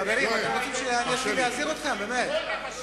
חברים, אתם רוצים שאני אתחיל להזהיר אתכם, באמת.